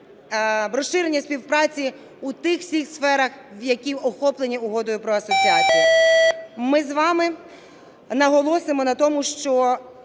розширення співпраці у тих всіх сферах, які охоплені Угодою про асоціацію. Ми з вами наголосимо на тому, що